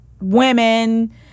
women